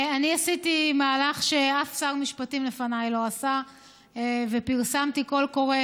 אני עשיתי מהלך שאף שר משפטים לפניי לא עשה ופרסמתי קול קורא